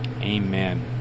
Amen